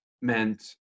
meant